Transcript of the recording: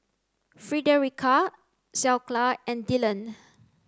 Fredericka Skyla and Dillan